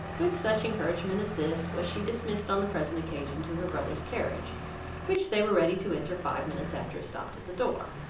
with such encouragement as this, was she dismissed on the present occasion, to her brother's carriage which they were ready to enter five minutes after it stopped at the door,